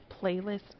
playlist